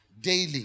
Daily